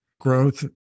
growth